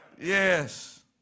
Yes